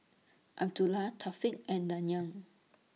Abdullah Thaqif and Dayang